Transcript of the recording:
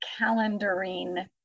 calendaring